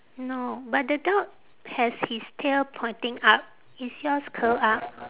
no but the dog has his tail pointing up is yours curl up